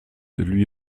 lui